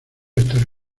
estar